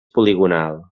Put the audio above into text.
poligonal